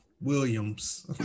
Williams